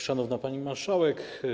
Szanowna Pani Marszałek!